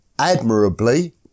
admirably